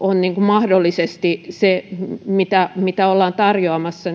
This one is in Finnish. on mahdollisesti se mitä mitä ollaan tarjoamassa